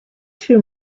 two